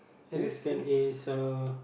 significant is uh